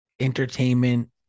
entertainment